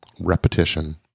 repetition